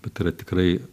bet tai yra tikrai